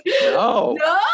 No